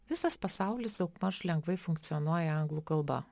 visas pasaulis daugmaž lengvai funkcionuoja anglų kalba